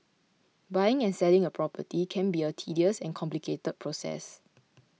buying and selling a property can be a tedious and complicated process